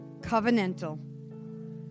covenantal